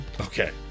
Okay